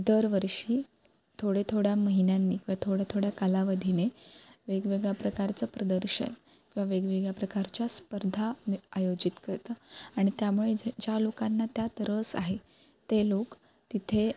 दरवर्षी थोडे थोडा महिन्यांनी किंवा थोड्या थोड्या कालावधीने वेगवेगळ्या प्रकारचं प्रदर्शन किंवा वेगवेगळ्या प्रकारच्या स्पर्धा आयोजित करता आणि त्यामुळे जर ज्या लोकांना त्यात रस आहे ते लोक तिथे